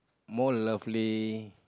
more lovely